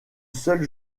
seul